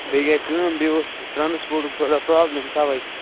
بیٚیہِ گٔے کٲم بیٚیہِ اوس ٹرٛانَسپوٹُک تھوڑا پرٛابلِم تَوَے